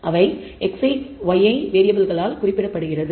அவை xi yi வேறியபிள்களால் குறிக்கப்படுகிறது